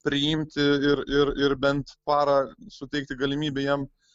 priimti ir ir ir bent parą suteikti galimybę jiem